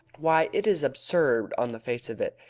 why, it is absurd on the face of it!